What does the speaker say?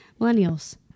Millennials